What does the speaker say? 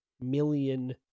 million